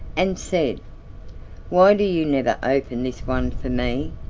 and said why do you never open this one for me?